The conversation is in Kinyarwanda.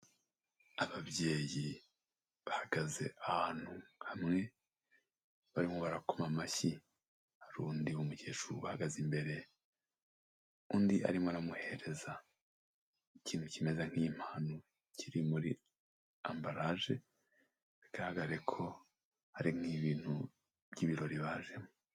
Ababyeyi bahagaze ahantu hamwe barimo barakoma amashyi, hari undi mukecuru uhagaze imbere, undi arimo aramuhereza ikintu kimeze nk'impano, kiri muri ambaraje bigaragare ko hari nk'ibintu by'ibirori bajemo.